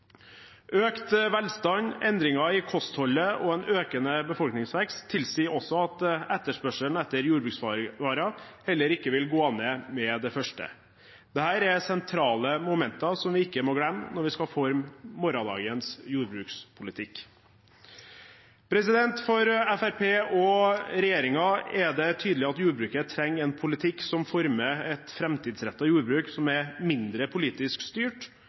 Økt velstand, endringer i kostholdet og en økende befolkningsvekst tilsier også at etterspørselen etter jordbruksvarer heller ikke vil gå ned med det første. Dette er sentrale momenter som vi ikke må glemme når vi skal forme morgendagens jordbrukspolitikk. For Fremskrittspartiet og regjeringen er det tydelig at jordbruket trenger en politikk som former et framtidsrettet jordbruk som er mindre politisk styrt